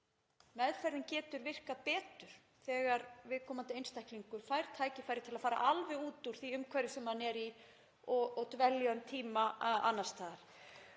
Meðferðin getur virkað betur þegar viðkomandi einstaklingur fær tækifæri til að fara alveg út úr því umhverfi sem hann er í og dvelja um tíma annars staðar.